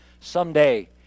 someday